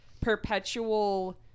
perpetual